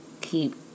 keep